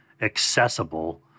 accessible